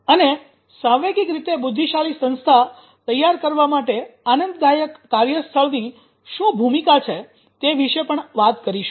અને સાંવેગિક રીતે બુદ્ધિશાળી સંસ્થા તૈયાર કરવા માટે આનંદદાયક કાર્યસ્થળની શું ભૂમિકા છે તે વિશે પણ વાત કરીશું